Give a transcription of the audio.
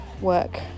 work